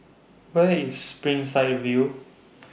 Where IS Springside View